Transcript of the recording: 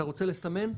אתה רוצה לסמן?